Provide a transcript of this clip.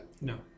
no